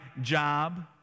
job